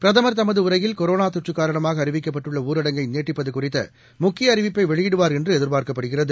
பிரதமர் தமது உரையில் கொரோனா தொற்று காரணமாக அறிவிக்கப்பட்டுள்ள ஊரடங்கை நீட்டிப்பது குறித்த முக்கிய அறிவிப்பை வெளியிடுவார் என்று எதிர்பார்க்கப்படுகிறது